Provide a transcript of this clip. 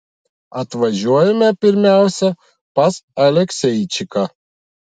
atvažiuojame pirmiausia pas alekseičiką